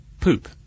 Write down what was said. poop